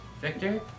Victor